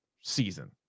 season